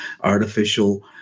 artificial